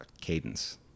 cadence